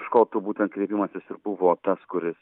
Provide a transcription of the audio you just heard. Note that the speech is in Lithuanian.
škotų būtent kreipimasis ir buvo tas kuris